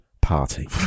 party